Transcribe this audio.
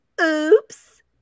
oops